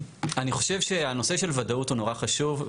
אני חושב שהנושא של ודאות הוא נורא חשוב.